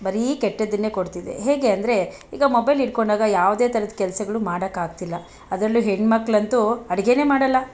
ಬರೀ ಕೆಟ್ಟದ್ದನ್ನೇ ಕೊಡ್ತಿದೆ ಹೇಗೆ ಅಂದರೆ ಈಗ ಮೊಬೈಲ್ ಇಡ್ಕೊಂಡಾಗ ಯಾವುದೇ ಥರದ ಕೆಲಸಗಳು ಮಾಡೋಕ್ಕಾಗ್ತಿಲ್ಲ ಅದರಲ್ಲು ಹೆಣ್ಮಕ್ಳಂತೂ ಅಡುಗೆಯೇ ಮಾಡೋಲ್ಲ